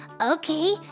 okay